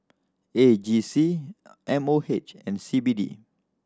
A G C M O H and C B D